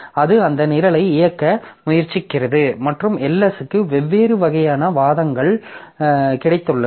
அது அந்த நிரலை இயக்க முயற்சிக்கிறது மற்றும் ls க்கு வெவ்வேறு வகையான வாதங்கள் கிடைத்துள்ளன